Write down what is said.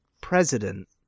president